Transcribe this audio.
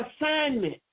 assignment